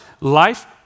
Life